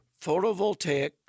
photovoltaic